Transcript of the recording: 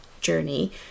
journey